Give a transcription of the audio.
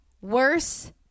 Worse